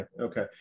Okay